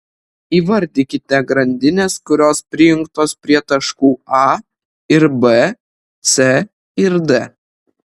įvardykite grandines kurios prijungtos prie taškų a ir b c ir d